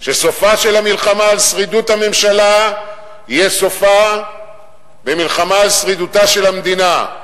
שסופה של המלחמה על שרידות הממשלה יהיה במלחמה על שרידותה של המדינה.